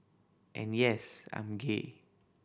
and yes I'm gay